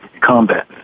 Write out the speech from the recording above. combat